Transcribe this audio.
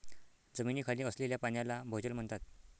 जमिनीखाली असलेल्या पाण्याला भोजल म्हणतात